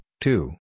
two